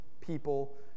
people